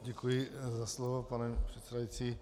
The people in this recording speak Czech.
Děkuji za slovo, pane předsedající.